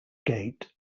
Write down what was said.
gate